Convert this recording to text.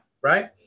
Right